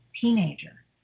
teenager